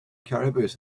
caribous